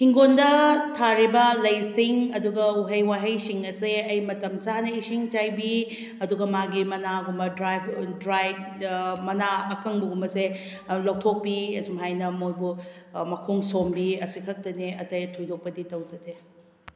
ꯍꯤꯡꯒꯣꯜꯗ ꯊꯥꯔꯤꯕ ꯂꯩꯁꯤꯡ ꯑꯗꯨꯒ ꯎꯍꯩ ꯋꯥꯍꯩꯁꯤꯡ ꯑꯁꯦ ꯑꯩ ꯃꯇꯝ ꯆꯥꯅ ꯏꯁꯤꯡ ꯆꯥꯏꯕꯤ ꯑꯗꯨꯒ ꯃꯥꯒꯤ ꯃꯅꯥꯒꯨꯝꯕ ꯗ꯭ꯔꯥꯏ ꯗ꯭ꯔꯥꯏꯠ ꯃꯅꯥ ꯑꯀꯪꯕꯒꯨꯝꯕꯁꯦ ꯑꯗꯨ ꯂꯧꯊꯣꯛꯄꯤ ꯑꯁꯨꯃꯥꯏꯅ ꯃꯣꯏꯕꯨ ꯃꯈꯣꯡ ꯁꯣꯝꯕꯤ ꯑꯁꯤꯈꯛꯇꯅꯦ ꯑꯇꯩ ꯊꯣꯏꯗꯣꯛꯄꯗꯤ ꯇꯧꯖꯗꯦ